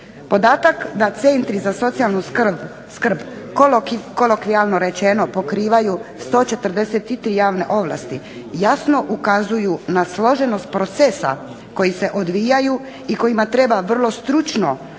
Podatak da centri za socijalnu skrb kolokvijalno rečeno pokrivaju 143 javne ovlasti jasno ukazuju na složenost procesa koji se odvijaju i kojima treba vrlo stručno,